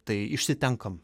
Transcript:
tai išsitenkam